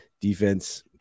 defense